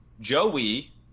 Joey